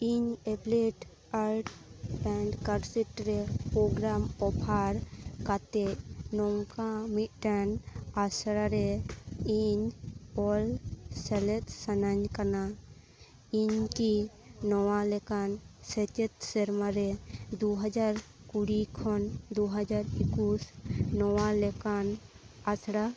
ᱤᱧ applied arts and crafts ᱨᱮ programme offer ᱠᱟᱛᱮᱫ ᱱᱚᱝᱠᱟᱱ ᱢᱤᱫᱴᱟᱝ ᱟᱥᱲᱟᱨᱮ ᱤᱧ ᱚᱞ ᱥᱮᱞᱮᱫᱚᱜ ᱥᱟᱹᱱᱟᱹᱧ ᱠᱟᱱᱟ ᱤᱧᱠᱤ ᱱᱚᱣᱟ ᱞᱮᱠᱟᱱ ᱥᱮᱪᱮᱫ ᱥᱮᱨᱢᱟ ᱨᱮ ᱫᱩᱦᱟᱡᱟᱨ ᱠᱩᱲᱤ ᱠᱷᱚᱱ ᱫᱩᱦᱟᱡᱨ ᱮᱠᱩᱥ ᱱᱚᱣᱟ ᱞᱮᱠᱟᱱ ᱟᱥᱲᱟ